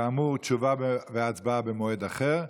כאמור, תשובה והצבעה במועד אחר.